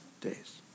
days